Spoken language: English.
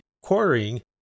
quarrying